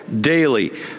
daily